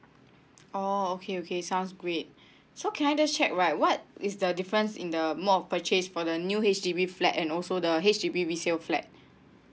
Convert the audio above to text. oh okay okay sounds great so can I just check right what is the difference in the mode of purchase for the new H_D_B flat and also the H_D_B resale flat